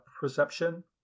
perception